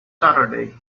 saturday